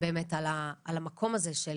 באמת על המקום הזה של